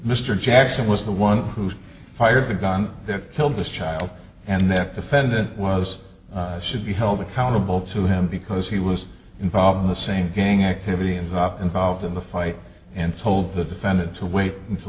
mr jackson was the one who fired the gun that killed this child and the defendant was should be held accountable to him because he was involved in the same gang activity and involved in the fight and told the defendant to wait until